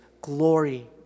glory